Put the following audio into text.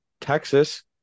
Texas